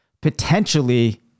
Potentially